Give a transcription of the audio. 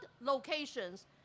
locations